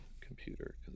computer